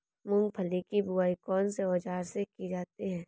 मूंगफली की बुआई कौनसे औज़ार से की जाती है?